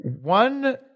one